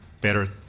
better